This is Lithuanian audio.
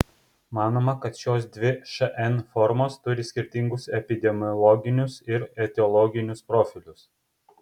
manoma kad šios dvi šn formos turi skirtingus epidemiologinius ir etiologinius profilius